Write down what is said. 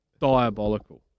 diabolical